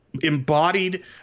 embodied